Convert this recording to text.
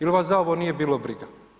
Ili vas za ovo nije bilo briga?